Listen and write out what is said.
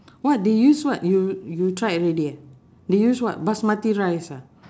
what they use what you you tried it already eh they use what basmati rice ah